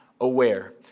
aware